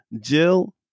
Jill